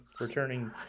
returning